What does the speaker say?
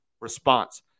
response